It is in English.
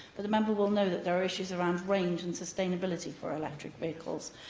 but the member will know that there are issues around range and sustainability for electric vehicles.